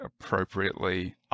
appropriately